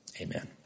amen